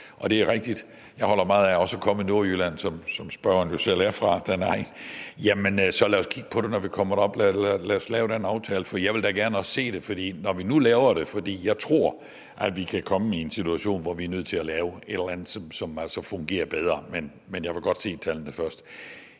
Det er rigtigt, at jeg også holder meget af at komme i Nordjylland, som spørgeren jo selv er fra, altså den egn. Så lad os kigge på det, når vi kommer derop. Lad os lave den aftale, for jeg vil da også gerne se det, når vi nu laver det. For jeg tror, at vi kan komme i en situation, hvor vi er nødt til at lave et eller andet, som altså fungerer bedre. Men jeg vil godt se tallene først.